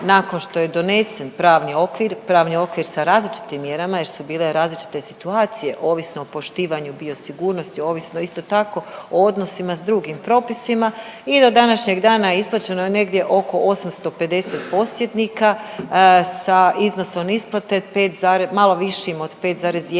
nakon što je donesen pravni okvir, pravni okvir sa različitim mjerama jer su bile različite situacije, ovisno o poštivanju biosigurnosti, ovisno isto tako o odnosima s drugim propisima i do današnjeg dana je isplaćeno negdje oko 850 posjednika sa iznosom isplate malo višim od 5,1